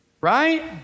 Right